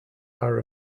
are